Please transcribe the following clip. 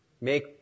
make